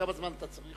כמה זמן אתה צריך?